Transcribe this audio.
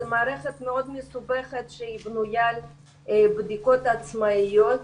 זו מערכת מאוד מסובכת שהיא בנויה על בדיקות עצמאיות